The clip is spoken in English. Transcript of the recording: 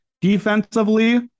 Defensively